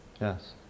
Yes